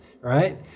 right